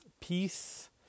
peace